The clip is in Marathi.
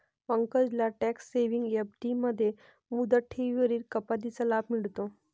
पंकजला टॅक्स सेव्हिंग एफ.डी मध्ये मुदत ठेवींवरील कपातीचा लाभ मिळतो